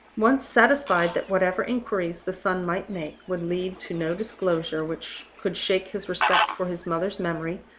once satisfied that whatever inquiries the son might make would lead to no disclosure which could shake his respect for his mother's memory,